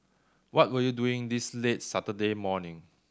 what were you doing this late Saturday morning